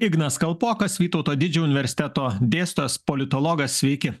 ignas kalpokas vytauto didžiojo universiteto dėstytojas politologas sveiki